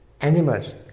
animals